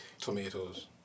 Tomatoes